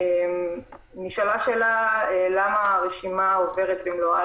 נשאלה השאלה למה הרשימה עוברת במלואה